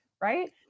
Right